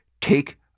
Take